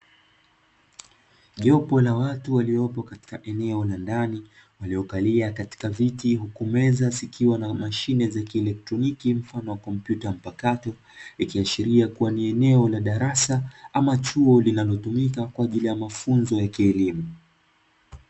Jopo la watu waliopo katika eneo la ndani, waliokalia katika viti. Huku meza zikiwa na mashine za kielektroniki, mfano wa kompyuta mpakato. Likiashiria kuwa ni eneo ama chuo, linalotumika kwa ajili mafunzo ya kielimu.